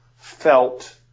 felt